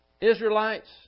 Israelites